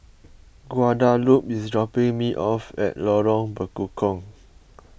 Guadalupe is dropping me off at Lorong Bekukong